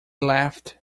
laughed